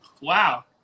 Wow